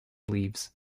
leaves